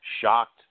shocked